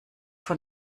von